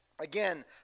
Again